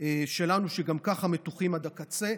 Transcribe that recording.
שלנו, שגם ככה מתוחים עד הקצה,